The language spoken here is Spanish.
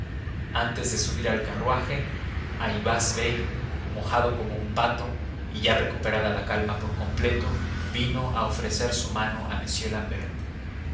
antes de subir al carruaje ayvaz bey mojado como un pato y ya recuperada la calma por completo vino a ofrecer su mano a m l'ambert